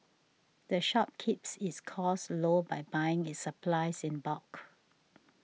the shop keeps its costs low by buying its supplies in bulk